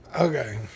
Okay